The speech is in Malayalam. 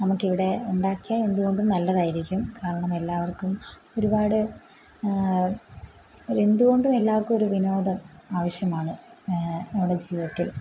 നമുക്കിവിടെ ഉണ്ടാക്കിയാൽ എന്തുകൊണ്ടും നല്ലതായിരിക്കും കാരണം എല്ലാവർക്കും ഒരുപാട് എന്തുകൊണ്ടും എല്ലാവർക്കും ഒരു വിനോദം ആവശ്യമാണ് നമ്മുടെ ജീവിതത്തിൽ